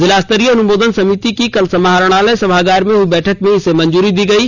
जिलास्तरीय अनुमोदन समिति की कल समाहरणालय सभागार में हई बैठक में इसे मंजूरी दी गयी